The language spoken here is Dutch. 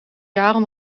jaren